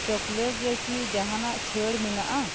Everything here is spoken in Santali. ᱪᱚᱠᱞᱮᱴ ᱨᱮᱠᱤ ᱡᱟᱦᱟᱸᱱᱟᱜ ᱪᱷᱟᱹᱲ ᱢᱮᱱᱟᱜᱼᱟ